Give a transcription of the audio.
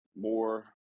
more